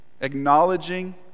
acknowledging